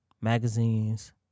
Magazines